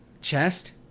chest